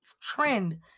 trend